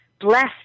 blessed